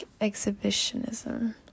exhibitionism